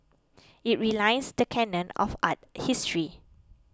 it realigns the canon of art history